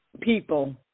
people